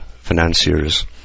financiers